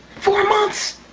four months?